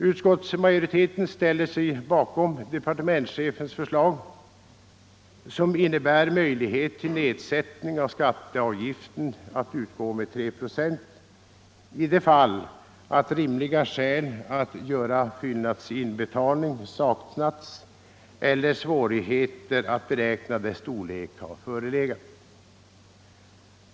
Utskottsmajoriteten ställer sig bakom departementschefens förslag, som innebär möjlighet till nedsättning av skatteavgiften att utgå med 3 procent i de fall där rimliga skäl att göra fyllnadsinbetalning saknats eller svårigheter att beräkna dess storlek har förelegat.